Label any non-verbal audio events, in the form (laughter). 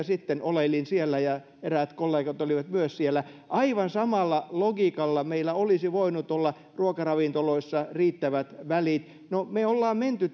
(unintelligible) sitten oleilin siellä ja eräät kollegat olivat myös siellä aivan samalla logiikalla meillä olisi voinut olla ruokaravintoloissa riittävät välit no me olemme menneet